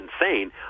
insane